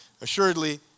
Assuredly